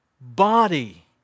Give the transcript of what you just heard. body